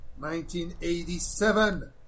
1987